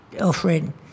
offering